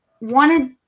wanted